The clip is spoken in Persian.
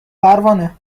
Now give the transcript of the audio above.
پروانه